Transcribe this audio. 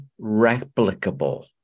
replicable